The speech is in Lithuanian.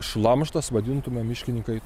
šlamštas vadintume miškininkai